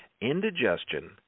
Indigestion